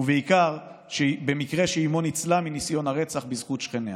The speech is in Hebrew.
ובעיקר במקרה שאימו ניצלה מניסיון הרצח בזכות שכניה.